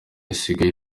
isigaye